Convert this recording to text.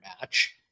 match